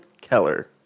Keller